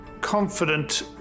confident